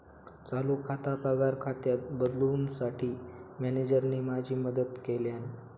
चालू खाता पगार खात्यात बदलूंसाठी मॅनेजरने माझी मदत केल्यानं